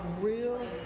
real